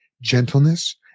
gentleness